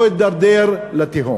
לא להידרדר לתהום,